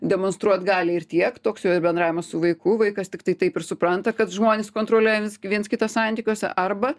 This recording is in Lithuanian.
demonstruot galią ir tiek toks jo ir bendravimas su vaiku vaikas tiktai taip ir supranta kad žmonės kontroliuoja viens viens kitą santykiuose arba